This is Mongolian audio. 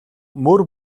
мөр